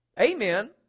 Amen